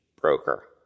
broker